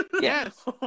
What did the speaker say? Yes